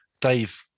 Dave